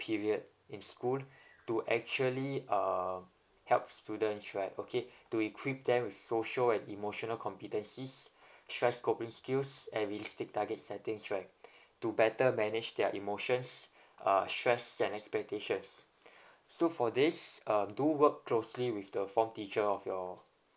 period in school to actually uh help students right okay to equip them with social emotional competencies stress coping skills instinct target setting right to better manage their emotions uh stress and expectations so for this um do work closely with the form teacher of your